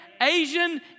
Asian